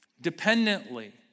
dependently